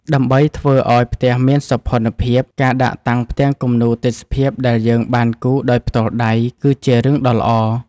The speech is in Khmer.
ដើម្បីធ្វើឲ្យផ្ទះមានសោភ័ណភាព ការដាក់តាំងផ្ទាំងគំនូរទេសភាពដែលយើងបានគូរដោយផ្ទាល់ដៃគឺជារឿងដ៏ល្អ។